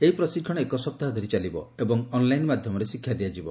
ଏହି ପ୍ରଶିକ୍ଷଣ ଏକ ସପ୍ତାହ ଧରି ଚାଲିବ ଏବଂ ଅନ୍ଲାଇନ୍ ମାଧ୍ୟମରେ ଶିକ୍ଷା ଦିଆଯିବ